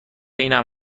اینم